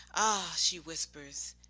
ah, she whispers,